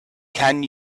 can